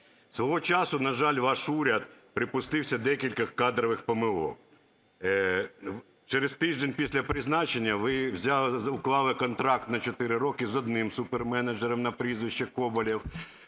Свого часу, на жаль, ваш уряд припустився декількох кадрових помилок. Через тиждень після призначення ви уклали контракт на 4 роки з одним суперменеджером на прізвище Коболєв,